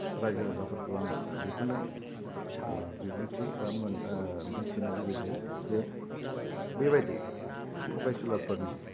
राइजो राजाफोरखौ आं बेखौनो बिबुंथि बा मोन मोनथिहोनो लुबैदों जे बेबायदि थगायसुलाफोरनि